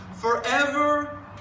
forever